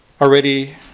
already